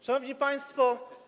Szanowni Państwo!